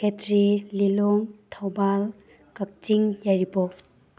ꯈꯦꯇ꯭ꯔꯤ ꯂꯤꯂꯣꯡ ꯊꯧꯕꯥꯜ ꯀꯛꯆꯤꯡ ꯌꯥꯏꯔꯤꯄꯣꯛ